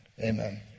Amen